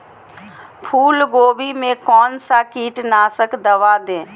फूलगोभी में कौन सा कीटनाशक दवा दे?